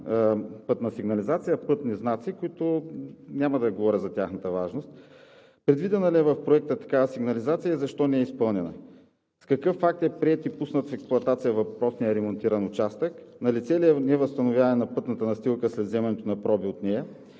пътна сигнализация, пътни знаци – няма да говоря за тяхната важност. Предвидена ли е в Проекта такава сигнализация и защо не е изпълнена? С какъв акт е приет и пуснат в експлоатация въпросният ремонтиран участък? Налице ли е невъзстановяване на пътната настилка след взимането на проби от нея?